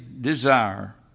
desire